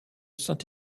saint